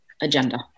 agenda